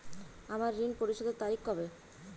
আমার ঋণ পরিশোধের তারিখ কবে?